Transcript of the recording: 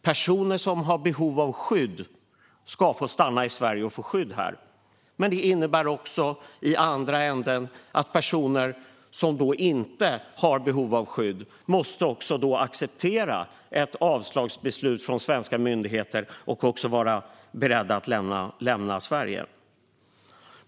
Personer som har behov av skydd ska få stanna i Sverige och få det. Men det innebär, i andra änden, att personer som inte har behov av skydd måste acceptera ett avslagsbeslut från svenska myndigheter och vara beredda att lämna Sverige.